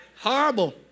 Horrible